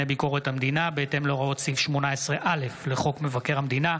ביקורת המדינה בהתאם להוראות סעיף 18(א) לחוק מבקר המדינה,